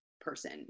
person